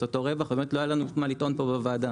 אותו רווח ובאמת לא היה לנו מה לטעון פה בוועדה.